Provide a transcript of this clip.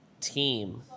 team